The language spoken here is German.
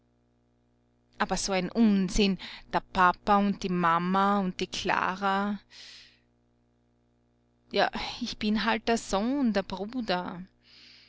aber so ein unsinn der papa und die mama und die klara ja ich bin halt der sohn der bruder